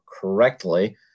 correctly